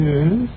Yes